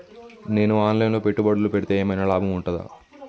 నేను online లో పెట్టుబడులు పెడితే ఏమైనా లాభం ఉంటదా?